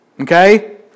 Okay